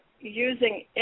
using